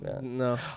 no